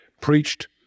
preached